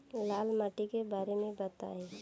लाल माटी के बारे में बताई